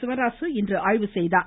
சிவராசு ஆய்வு செய்தார்